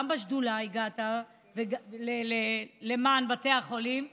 גם לשדולה למען בתי החולים הגעת,